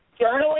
journaling